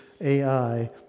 AI